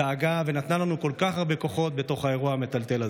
דאגה ונתנה לנו כל כך הרבה כוחות בתוך האירוע המטלטל הזה".